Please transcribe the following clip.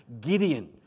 Gideon